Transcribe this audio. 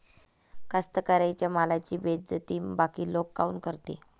कास्तकाराइच्या मालाची बेइज्जती बाकी लोक काऊन करते?